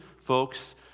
folks